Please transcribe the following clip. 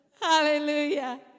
Hallelujah